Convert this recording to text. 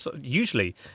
usually